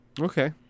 Okay